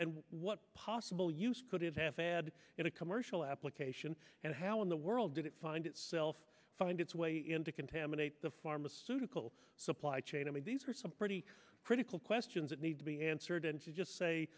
and what possible use could it have a lead in a commercial application and how in the world did it find itself find its way into contaminate the pharmaceutical supply chain i mean these are some pretty critical questions that need to be answered and should just say